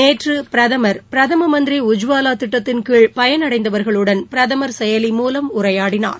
நேற்று பிரதமர் பிரதம மந்திரி உஜ்வாவா திட்டத்தின் கீழ் பயன் அடைந்தவர்களுடன் பிரதமர் செயலி மூலம் உரையாடினார்